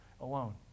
alone